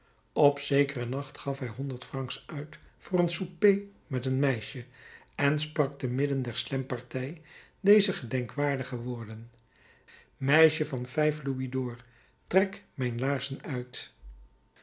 op zekeren nacht gaf hij honderd francs uit voor een soupé met een meisje en sprak te midden der slemppartij deze gedenkwaardige woorden meisje van vijf louisd'or trek mijn laarzen uit